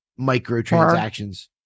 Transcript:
microtransactions